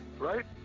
Right